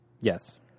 Yes